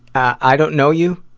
i don't know you,